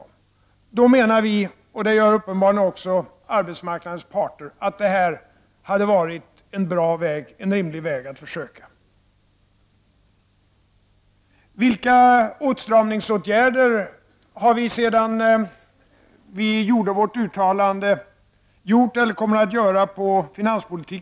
Därför menar vi, och det gör uppenbarligen också arbetsmarknadens parter, att detta hade varit en bra och en rimlig väg att försöka gå. Vilka åtstramningsåtgärder har vi då vidtagit sedan vi gjorde vårt uttalande på finanspolitikens område och vilka kommer vi att vidta?